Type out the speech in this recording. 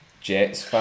Jets